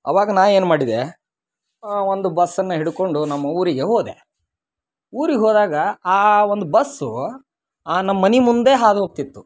ಆವಾಗ ನಾನು ಏನ್ಮಾಡಿದೆ ಒಂದು ಬಸ್ಸನ್ನು ಹಿಡ್ಕೊಂಡು ನಮ್ಮ ಊರಿಗೆ ಹೋದೆ ಊರಿಗೆ ಹೋದಾಗ ಆ ಒಂದು ಬಸ್ಸು ಆ ನಮ್ಮ ಮನೆ ಮುಂದೆ ಹಾದು ಹೋಗ್ತಿತ್ತು